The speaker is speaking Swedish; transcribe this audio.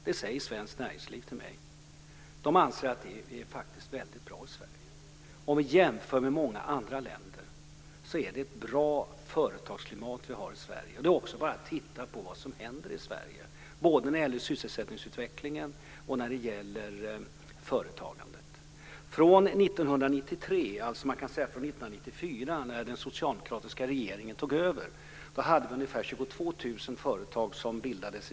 Det säger Svenskt Näringsliv till mig. Man anser att det klimatet är väldigt bra i Sverige. Om vi jämför med många andra länder är företagsklimatet i Sverige bra. Det är bara att titta på vad som händer när det gäller både sysselsättningsutvecklingen och företagandet. 2000, under den socialdemokratiska regeringstiden, startades 38 000 nya företag.